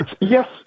Yes